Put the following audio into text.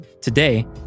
Today